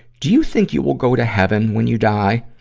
do you think you will go to heaven when you die?